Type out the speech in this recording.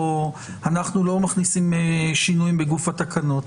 אנחנו לא מכניסים שינויים בגוף התקנות.